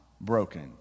broken